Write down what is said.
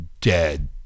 dead